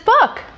book